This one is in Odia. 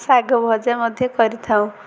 ଶାଗ ଭଜା ମଧ୍ୟ କରିଥାଉ